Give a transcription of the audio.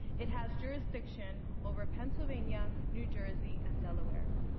it has jurisdiction over pennsylvania, new jersey, and delaware.